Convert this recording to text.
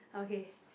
okay